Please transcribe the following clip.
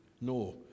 No